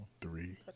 three